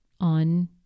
on